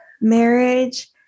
marriage